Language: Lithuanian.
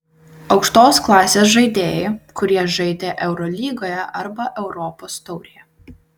aukštos klasės žaidėjai kurie žaidė eurolygoje arba europos taurėje